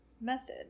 method